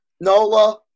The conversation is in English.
Nola